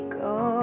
go